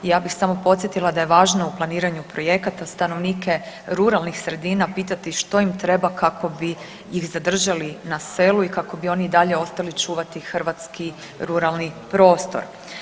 Ja bih samo podsjetila da je važno u planiranju projekata stanovnike ruralnih sredina pitati što im treba kako bi ih zadržali na selu i kako bi oni i dalje ostali čuvati hrvatski ruralni prostor.